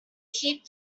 keep